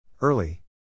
Early